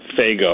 Fago